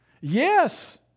yes